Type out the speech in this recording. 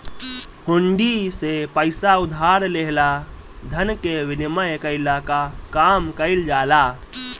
हुंडी से पईसा उधार लेहला धन के विनिमय कईला कअ काम कईल जाला